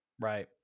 Right